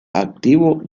activo